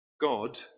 God